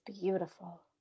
beautiful